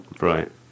right